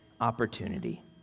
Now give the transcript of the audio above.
opportunity